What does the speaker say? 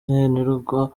nkenerwa